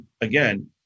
again